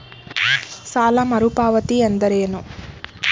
ಸಾಲ ಮರುಪಾವತಿ ಎಂದರೇನು?